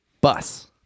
bus